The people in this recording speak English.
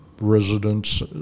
residents